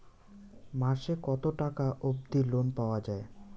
মাসে কত টাকা অবধি লোন পাওয়া য়ায়?